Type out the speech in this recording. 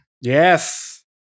Yes